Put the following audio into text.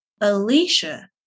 alicia